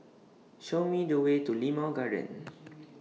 Show Me The Way to Limau Garden